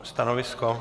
Stanovisko?